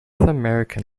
american